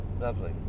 lovely